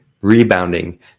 rebounding